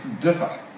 differ